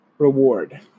reward